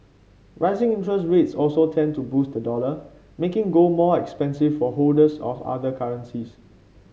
rising interest rates also tend to boost the dollar making gold more expensive for holders of other currencies